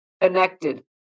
connected